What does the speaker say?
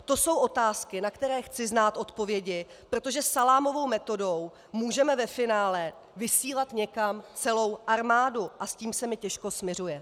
To jsou otázky, na které chci znát odpovědi, protože salámovou metodou můžeme ve finále vysílat někam celou armádu a s tím se mi těžko smiřuje.